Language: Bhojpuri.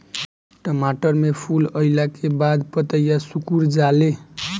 टमाटर में फूल अईला के बाद पतईया सुकुर जाले?